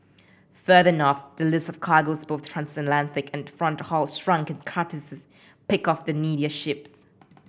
further north the list of cargoes both transatlantic and front haul shrunk and charterers picked off the needier ships